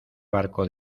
barco